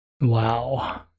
Wow